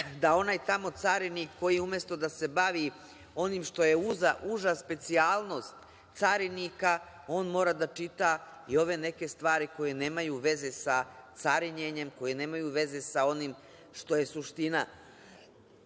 da onaj tamo carinik koji, umesto da se bavi onim što je uža specijalnost carinika, on mora da čita i ove neke stvari koje nemaju veze sa carinjenjem, koje nemaju veze sa onim što je suština